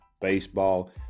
baseball